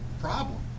problem